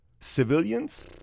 Civilians